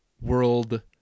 world